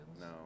No